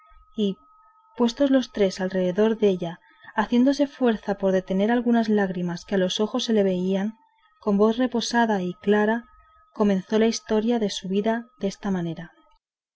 y puestos los tres alrededor della haciéndose fuerza por detener algunas lágrimas que a los ojos se le venían con voz reposada y clara comenzó la historia de su vida desta manera